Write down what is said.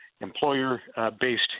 employer-based